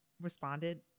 responded